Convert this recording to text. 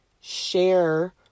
share